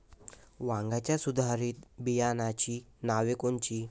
वांग्याच्या सुधारित बियाणांची नावे कोनची?